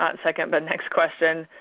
ah second, but next question.